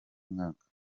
mwaka